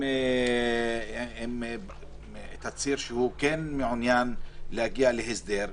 עם תצהיר שהן כן מעוניינות להגיע להסדר,